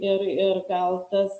ir ir gal tas